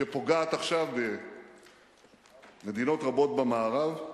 שפוגעת עכשיו במדינות רבות במערב,